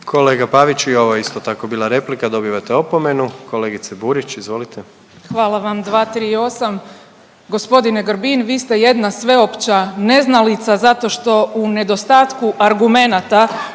Kolega Pavić, i ovo je isto tako bila replika, dobivate opomenu. Kolegice Burić, izvolite. **Burić, Majda (HDZ)** Hvala vam. 238, g. Grbin, vi ste jedna sveopća neznalica zato što u nedostatku argumenata